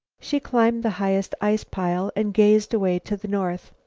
she climbed the highest ice-pile and gazed away to the north.